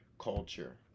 culture